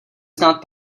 znát